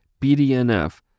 BDNF